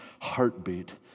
heartbeat